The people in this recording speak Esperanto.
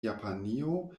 japanio